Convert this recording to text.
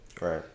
right